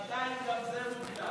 מה אתה, שנתיים גם זה מוגזם.